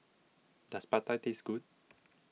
does Pada taste good